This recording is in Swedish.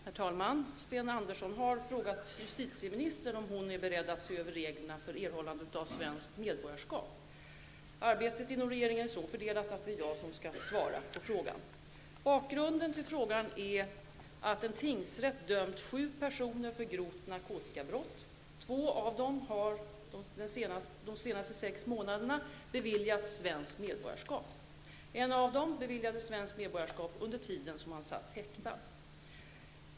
Herr talman! Sten Andersson i Malmö har frågat justitieministern om hon är beredd att se över reglerna för erhållande av svenskt medborgarskap. Arbetet inom regeringen är så fördelat att det är jag som skall svara på frågan. Bakgrunden till frågan är att en tingsrätt dömt sju personer för grovt narkotikabrott. Två av dem har under de senaste sex månaderna beviljats svenskt medborgarskap. En av dem beviljades svenskt medborgarskap under tiden han satt häktad.